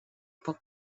poc